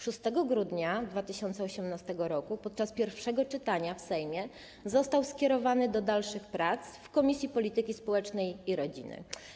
6 grudnia 2018 r. podczas pierwszego czytania w Sejmie został skierowany do dalszych prac w Komisji Polityki Społecznej i Rodziny.